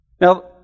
Now